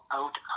out